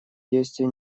действия